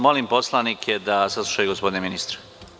Molim poslanike da saslušaju gospodina ministra.